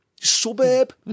suburb